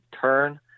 turn